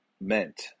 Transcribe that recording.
meant